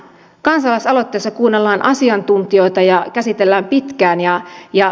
kansalaisaloitteessa kuunnellaan asiantuntijoita ja käsitellään pitkään